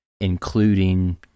including